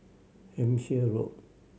Hampshire Road